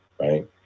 right